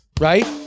right